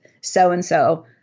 so-and-so